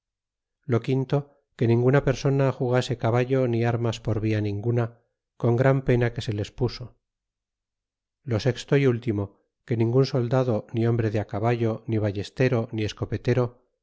lo quinto que ninguna persona jugase caballo ni armas por via ninguna con gran pena que se les puso lo sexto y último que ningun soldado ni hombre de caballo ni ballestero ni escopetero